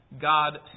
God